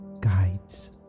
guides